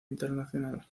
internacional